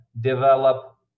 develop